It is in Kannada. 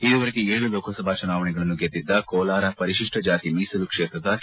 ಇದುವರೆಗೆ ಏಳು ಲೋಕಸಭಾ ಚುನಾವಣೆಗಳನ್ನು ಗೆದ್ದಿದ್ದ ಕೋಲಾರ ಪರಿಶಿಷ್ಟ ಜಾತಿ ಮೀಸಲು ಕ್ಷೇತ್ರದ ಕೆ